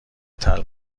طلا